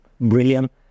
brilliant